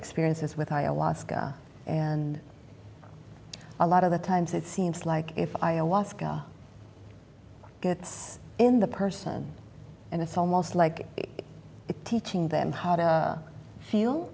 experiences with a a lot ska and a lot of the times it seems like if i am lost god gets in the person and it's almost like teaching them how to feel